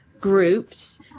groups